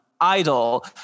idol